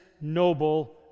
noble